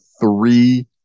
three